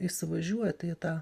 įsivažiuoti į tą